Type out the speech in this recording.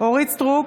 אורית מלכה סטרוק,